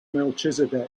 melchizedek